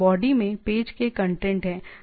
body में page के content है